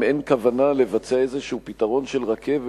אם אין כוונה לבצע פתרון כלשהו של רכבת,